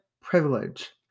privilege